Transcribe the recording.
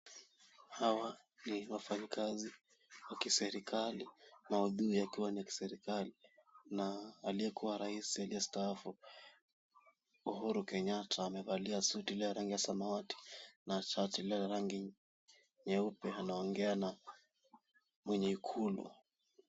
Hawa ni wafanyikazi wa kiserikali, maudhui yakiwa ni ya kiserikali na aliyekuwa rais aliyestaafu Uhuru Kenyatta amevalia suti ya rangi ya samawati na shati la rangi nyeupe anaongea na mwenye ikulu.